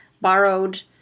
borrowed